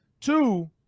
Two